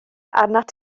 arnat